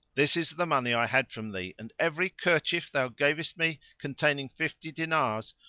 this is the money i had from thee and every kerchief thou gavest me, containing fifty dinars,